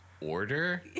order